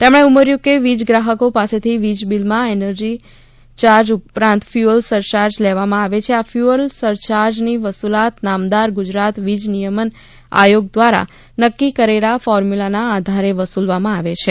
તેમણે ઉમેર્યું કે વીજ ગ્રાહકો પાસેથી વીજ બિલમાં એનર્જી યાર્જ ઉપરાંત ફ્યુઅલ સરચાર્જ લેવામાં આવે છે આ ફ્યુઅલ સરચાર્જની વસુલાત નામદાર ગુજરાત વીજ નિયમન આયોગ દ્વારા નક્કી કરેલ ફોરમ્યુલા આધારે વસૂલવામાં આવે છે